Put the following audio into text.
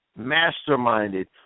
masterminded